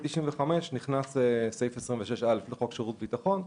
לאחר מכן נכנס סעיף 26א של חוק שירות הביטחון.